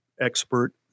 expert